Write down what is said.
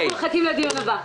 אנחנו מחכים לדיון הבא.